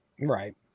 Right